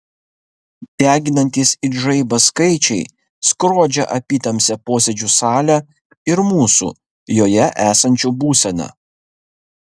deginantys it žaibas skaičiai skrodžia apytamsę posėdžių salę ir mūsų joje esančių būseną